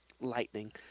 Lightning